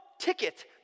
ticket